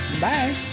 Bye